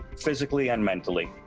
physically and mentally.